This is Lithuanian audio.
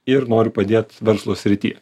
ir noriu padėt verslo srityje